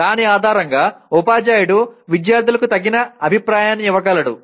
దాని ఆధారంగా ఉపాధ్యాయుడు విద్యార్థులకు తగిన అభిప్రాయాన్ని ఇవ్వగలడు